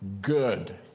good